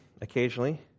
occasionally